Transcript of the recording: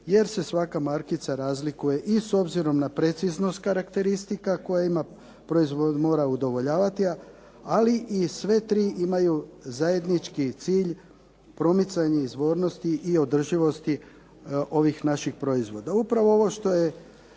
jer se svaka markica razlikuje i s obzirom na preciznost karakteristika kojima proizvod mora udovoljavati. Ali i sve tri imaju zajednički cilj promicanje izvornosti i održivosti ovih naših proizvoda. Upravo ovo što je